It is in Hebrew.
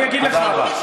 אגיד לך.